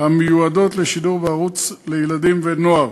המיועדות לשידור בערוץ לילדים ולנוער.